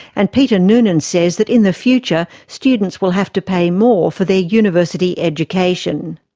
and peter noonan says that in the future students will have to pay more for their university education.